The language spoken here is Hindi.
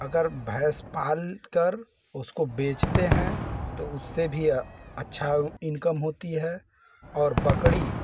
अगर भैंस पाल कर उसको बेचते हैं तो उससे भी अच्छी इनकम होती है और बकरी